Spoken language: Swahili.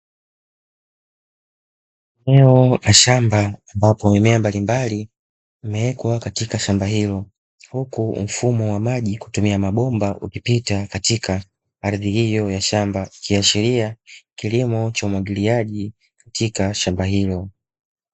Eneo la shamba ambapo mimea mbalimbali imewekwa katika shamba hilo, huku mifumo ya umwagiliaji kutumia mabomba ukipita katika ardhi hiyo ya shamba, ikiashiria kilimo cha umwagiliaji katika shamba hilo.